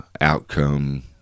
outcome